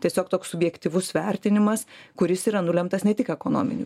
tiesiog toks subjektyvus vertinimas kuris yra nulemtas ne tik ekonominių